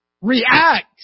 react